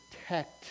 protect